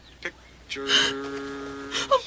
pictures